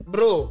Bro